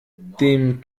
dem